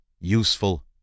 useful